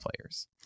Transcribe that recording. players